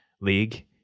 league